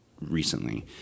recently